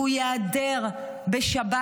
והוא ייעדר בשבת,